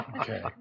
Okay